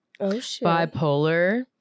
bipolar